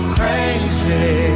crazy